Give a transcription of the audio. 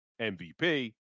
MVP